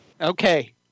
Okay